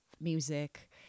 music